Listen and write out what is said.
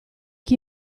chi